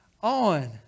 on